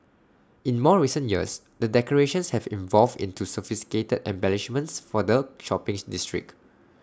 in more recent years the decorations have evolved into sophisticated embellishments for the shopping district